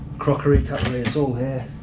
crockery, cutlery, it's all here,